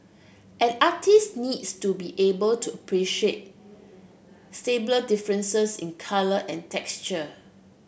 an artist needs to be able to appreciate differences in colour and texture